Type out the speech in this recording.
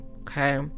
okay